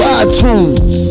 iTunes